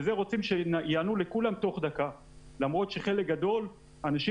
ורוצים שיענו לכולם תוך דקה למרות שבחלק גדול אנשים